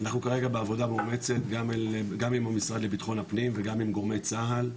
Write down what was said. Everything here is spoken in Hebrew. אנחנו כרגע בעבודה מאומצת גם עם המשרד לבטחון הפנים וגם עם גורמי צה"ל,